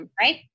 right